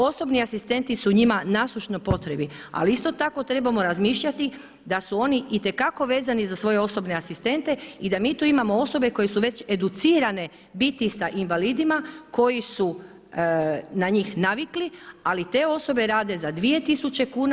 Osobni asistenti su njima nasušno potrebni ali isto tako trebamo razmišljati da su oni itekako vezani za svoje osobne asistente i da mi tu imamo osobe koje su već educirane biti sa invalidima koji su na njih navikli ali te osobe rade za 2000 kuna.